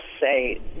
say